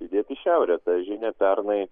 judėti į šiaurę ta žinia pernai